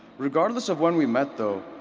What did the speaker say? regardless of when we met though,